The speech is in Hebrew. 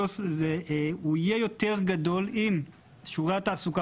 הוא יהיה יותר גדול אם שיעורי התעסוקה